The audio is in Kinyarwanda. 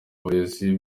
uburezi